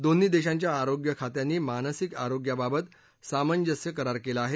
दोन्ही देशांच्या आरोग्य खात्यांनी मानसिक आरोग्याबाबत सामंजस्य करार केला आहे